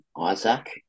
Isaac